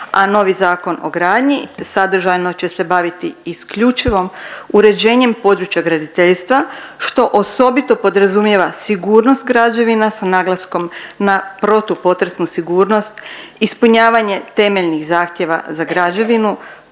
a novi Zakon o gradnji sadržajno će se baviti isključivo uređenjem područja graditeljstva, što osobito podrazumijeva sigurnost građevina sa naglaskom na protupotresnu sigurnost, ispunjavanje temeljnih zahtjeva za građevinu,